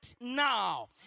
now